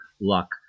luck